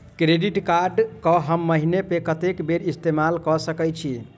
Credit card कऽ हम महीना मे कत्तेक बेर इस्तेमाल कऽ सकय छी?